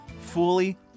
fully